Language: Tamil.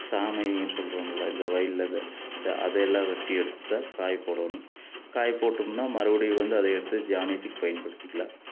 சாமைன்னு சொல்கிறோம்ல்ல இந்த வயலில் இது அதையெல்லாம் வெட்டி எடுத்து தான் காயப்போடணும் காயப்போட்டோம்ன்னா மறுபடியும் வந்து அதை எடுத்து தானியத்துக்கு பயன்படுத்திக்கலாம்